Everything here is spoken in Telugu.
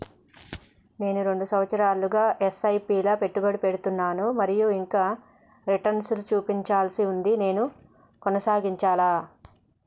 నేను రెండు సంవత్సరాలుగా ల ఎస్.ఐ.పి లా పెట్టుబడి పెడుతున్నాను మరియు ఇంకా రిటర్న్ లు చూడాల్సి ఉంది నేను కొనసాగాలా?